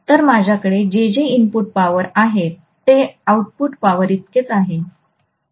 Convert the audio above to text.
तर माझ्याकडे जे जे इनपुट पॉवर आहे ते आउटपुट पॉवरइतके आहे